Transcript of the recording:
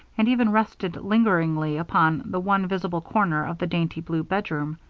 and even rested lingeringly upon the one visible corner of the dainty blue bedroom.